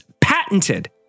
patented